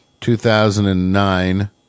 2009